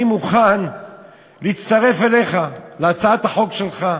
אני מוכן להצטרף אליך, להצעת החוק שלך.